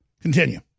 Continue